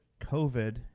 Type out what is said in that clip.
COVID